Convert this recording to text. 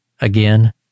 Again